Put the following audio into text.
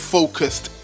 Focused